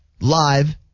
live